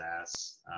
ass